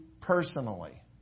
personally